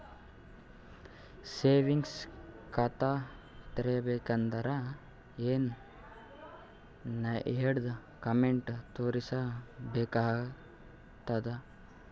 Savings ಖಾತಾ ತೇರಿಬೇಕಂದರ ಏನ್ ಏನ್ಡಾ ಕೊಮೆಂಟ ತೋರಿಸ ಬೇಕಾತದ?